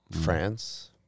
France